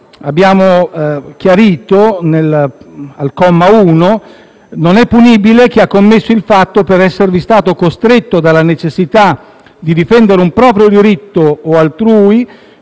abbiamo chiarito al comma 1: non è punibile chi ha commesso il fatto per esservi stato costretto dalla necessità di difendere un proprio diritto o altrui